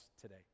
today